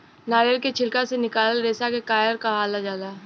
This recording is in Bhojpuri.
नारियल के छिलका से निकलाल रेसा के कायर कहाल जाला